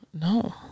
No